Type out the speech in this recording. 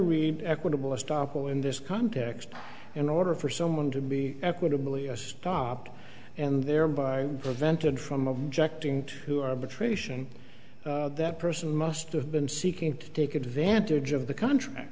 read equitable stoppel in this context in order for someone to be equitably stopped and thereby prevented from objecting to arbitration that person must have been seeking to take advantage of the contract